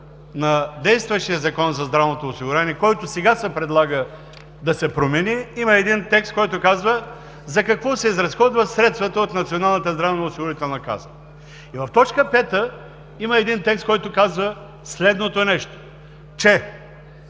на действащия Закон за здравното осигуряване, който сега се предлага да се промени, има един текст, който казва за какво се изразходват средствата от Националната здравноосигурителна каса. И в т. 5 има един текст, който казва следното нещо: